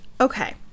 okay